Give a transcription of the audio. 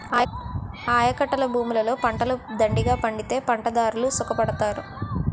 ఆయకట్టభూములలో పంటలు దండిగా పండితే పంటదారుడు సుఖపడతారు